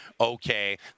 okay